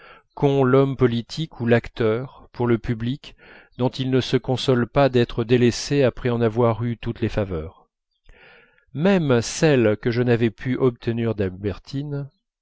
qu'ont l'homme politique ou l'acteur pour le public dont ils ne se consolent pas d'être délaissés après en avoir eu toutes les faveurs même celles que je n'avais pu obtenir d'albertine